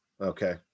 Okay